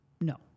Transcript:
No